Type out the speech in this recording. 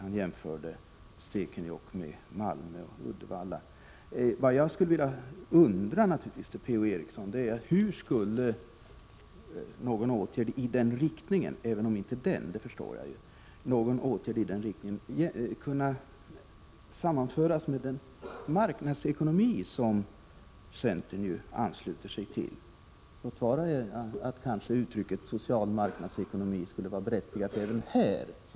Han jämförde Stekenjokk med Malmö och Uddevalla. Jag vill ställa en fråga till Per-Ola Eriksson: Hur skulle någon åtgärd i denna riktning kunna sammanföras med den marknadsekonomi som centern ansluter sig till? Låt vara att uttrycket social marknadsekonomi skulle vara berättigat även i detta sammanhang.